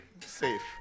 safe